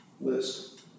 list